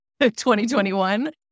2021